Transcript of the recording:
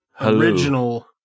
original